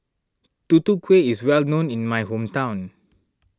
Tutu Kueh is well known in my hometown